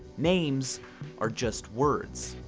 names are just words.